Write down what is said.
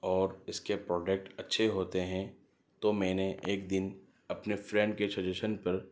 اور اس کے پروڈکٹ اچھے ہوتے ہیں تو میں نے ایک دن اپنے فرینڈ کے سجیشن پر